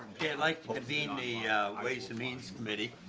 yeah like the media ways and means committee.